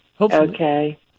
Okay